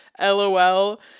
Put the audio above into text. LOL